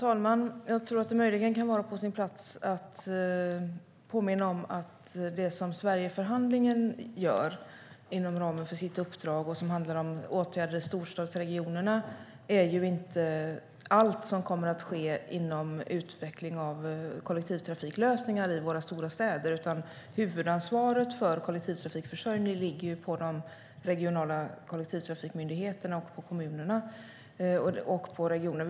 Herr talman! Det kan möjligen vara på sin plats att påminna om att Sverigeförhandlingen, inom ramen för sitt uppdrag som handlar om åtgärder i storstadsregionerna, ju inte är allt som kommer att ske inom utveckling av kollektivtrafiklösningar i våra stora städer. Huvudansvaret för kollektivtrafikförsörjning ligger på de regionala kollektivtrafiktrafikmyndigheterna, kommunerna och regionerna.